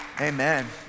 Amen